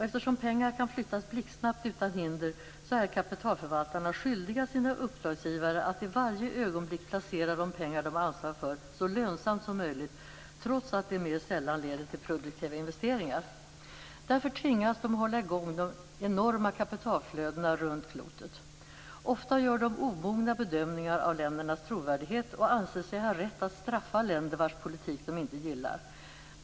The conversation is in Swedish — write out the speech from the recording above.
Eftersom pengar kan flyttas blixtsnabbt utan hinder, är kapitalförvaltarna skyldiga sina uppdragsgivare att i varje ögonblick placera de pengar som de har ansvar för så lönsamt som möjligt, trots att det mer sällan leder till produktiva investeringar. Därför tvingas de hålla i gång de enorma kapitalflödena runt klotet. Ofta gör de omogna bedömningar av ländernas trovärdighet och anser sig ha rätt att straffa länder vars politik de inte gillar.